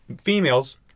females